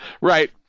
Right